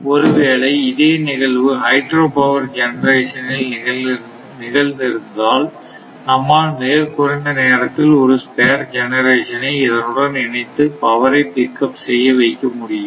ஒருவேளை இதே நிகழ்வு ஹைட்ரோ பவர் ஜெனரேஷன் இல் நிகழ்ந்திருந்தால் நம்மால் மிகக் குறைந்த நேரத்தில் ஒரு ஸ்பேர் ஜெனரேஷன் ஐ இதனுடன் இணைத்து பவரை பிக்கப் செய்ய வைக்க முடியும்